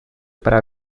para